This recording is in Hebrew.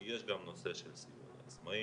כי יש גם נושא של סיוע לעצמאים,